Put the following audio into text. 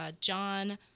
John